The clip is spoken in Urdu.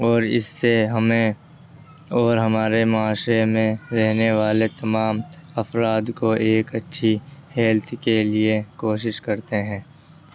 اور اس سے ہمیں اور ہمارے معاشرے میں رہنے والے تمام افراد کو ایک اچھی ہیلتھ کے لیے کوشش کرتے ہیں